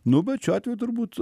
nu bet šiuo atveju turbūt